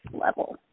level